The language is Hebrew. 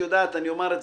זה בחברות,